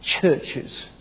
churches